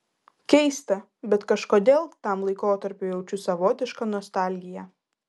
keista bet kažkodėl tam laikotarpiui jaučiu savotišką nostalgiją